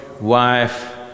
wife